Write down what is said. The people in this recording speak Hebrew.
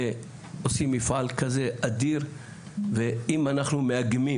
ועושים מפעל כזה אדיר ואם אנחנו מאגמים